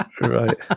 Right